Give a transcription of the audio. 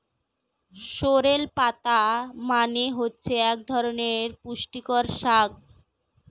sorrel পাতা মানে হচ্ছে এক ধরনের পুষ্টিকর শাক